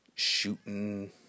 shooting